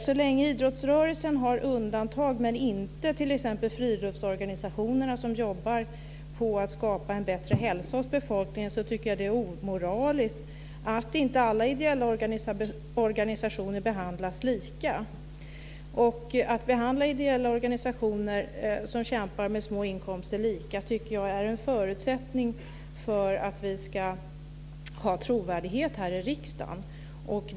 Så länge idrottsrörelsen har undantag, men inte friidrottsorganisationerna som jobbar på att skapa en bättre hälsa hos befolkningen, är det omoraliskt att inte alla ideella organisationer behandlas lika. Att behandla ideella organisationer som kämpar med små inkomster lika är en förutsättning för att vi ska ha trovärdighet i riksdagen.